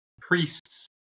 priests